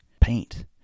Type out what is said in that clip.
paint